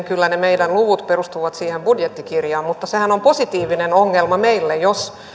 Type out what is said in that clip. kyllä ne meidän lukumme perustuvat siihen budjettikirjaan mutta sehän on positiivinen ongelma meille jos